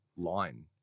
line